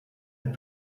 est